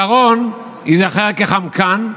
שרון ייזכר כחמקן,